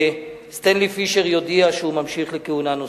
סטנלי פישר יודיע שהוא ממשיך לכהונה נוספת.